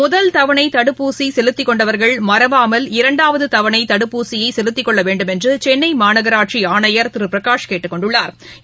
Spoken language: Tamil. முதல் தவணைதடுப்பூசிசெலுத்திக் கொண்டவர்கள் மறவாமல் இரண்டாவதுதவணைதடுப்பூசியைசெலுத்திக் கொள்ளவேண்டுமென்றுசென்னைமாநகராட்சிஆணையா் திருபிரகாஷ் கேட்டுக் கொண்டுள்ளாா்